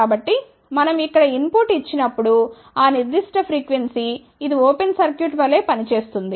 కాబట్టి మనం ఇక్కడ ఇన్ పుట్ ఇచ్చి నప్పుడు ఆ నిర్దిష్ట ఫ్రీక్వెన్సీ ఇది ఓపెన్ సర్క్యూట్ వలె పని చేస్తుంది